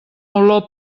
olor